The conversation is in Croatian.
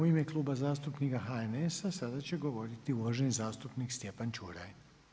U ime Kluba zastupnika HNS-a sada će govoriti uvaženi zastupnika Stjepan Čuraj.